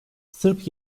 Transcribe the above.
sırp